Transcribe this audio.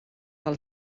del